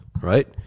right